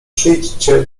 przyjdźcie